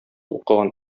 укыган